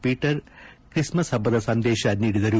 Peter Christmas ಹಬ್ಬದ ಸಂದೇಶ ನೀಡಿದರು